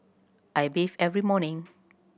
I bathe every morning